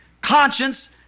conscience